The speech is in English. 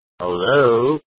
Hello